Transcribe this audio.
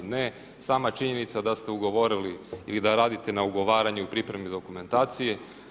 Ne sama činjenica da ste ugovorili ili da radite na ugovaranju i pripremi dokumentacije.